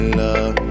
love